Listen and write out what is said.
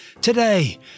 Today